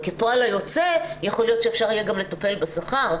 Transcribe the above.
כפועל יוצא יכול להיות שאפשר יהיה גם לטפל בשכר,